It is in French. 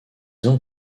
ans